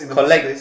collect